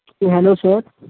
hello sir